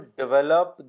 develop